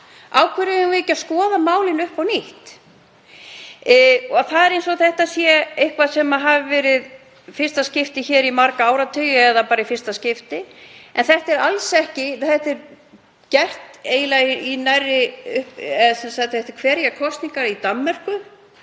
hverju eigum við ekki að skoða málin upp á nýtt? Það er eins og þetta sé eitthvað sem sé verið að gera í fyrsta skipti hér í marga áratugi eða bara í fyrsta skipti, en það er alls ekki. Þetta er gert eftir nærri hverjar kosningar í Danmörku